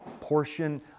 portion